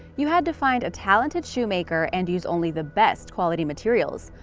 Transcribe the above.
you had to find a talented shoemaker and use only the best quality materials.